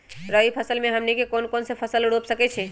रबी फसल में हमनी के कौन कौन से फसल रूप सकैछि?